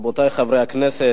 רבותי חברי הכנסת,